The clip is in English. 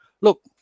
Look